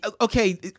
Okay